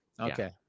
Okay